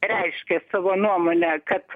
reiškė savo nuomonę kad